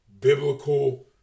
biblical